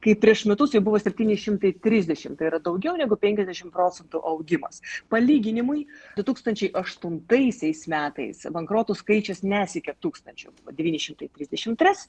kai prieš metus jų buvo septyni šimtai trisdešimt tai yra daugiau negu penkiasdešim procentų augimas palyginimui du tūkstančiai aštuntaisiais metais bankrotų skaičius nesiekė tūkstančio devyni šimtai trisdešimt tris